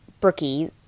brookie